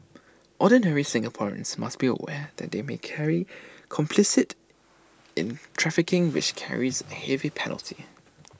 ordinary Singaporeans must be aware that they may be carry complicit in trafficking which carries A heavy penalty